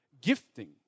gifting